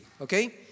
okay